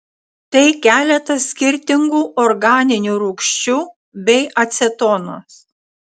tai keletas skirtingų organinių rūgščių bei acetonas